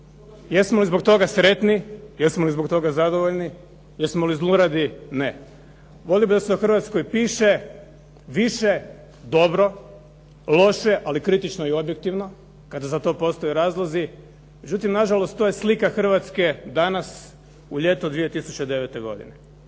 Jesmo li zbog sretni? Jesmo li zbog toga zadovoljni? Jesmo li zluradi? Ne. Volio bih da se o Hrvatskoj piše više dobro, loše ali kritično i objektivno kada za to postoje razlozi, međutim nažalost to je slika Hrvatske danas u ljeto 2009. godine.